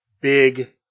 big